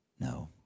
No